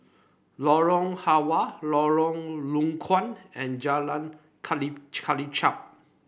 Lorong Halwa Lorong Low Koon and Jalan Kelichap